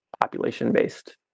population-based